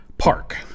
park